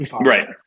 right